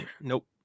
Nope